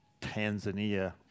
Tanzania